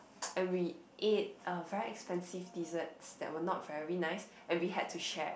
and we ate uh very expensive desserts that were not very nice and we had to share